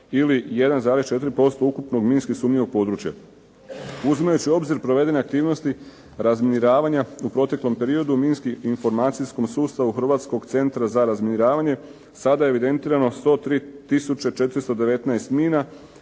ili 1,4% ukupno minski sumnjivog područja. Uzimajući u obzir provedene aktivnosti razminiravanja u proteklom periodu minski informacijskom sustavu Hrvatskog centra za razminiravanja sada je evidentirano 103